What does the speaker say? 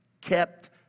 kept